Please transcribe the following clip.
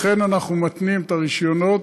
אכן אנחנו מתנים את הרישיונות,